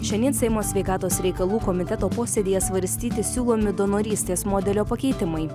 šiandien seimo sveikatos reikalų komiteto posėdyje svarstyti siūlomi donorystės modelio pakeitimai